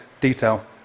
detail